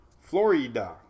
florida